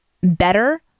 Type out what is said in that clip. better